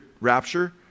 rapture